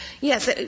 Yes